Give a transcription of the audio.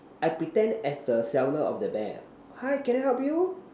I pretend as the seller of the bear hi can I help you